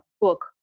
book